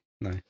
no